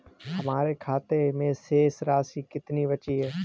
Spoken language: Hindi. हमारे खाते में शेष राशि कितनी बची है?